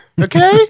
okay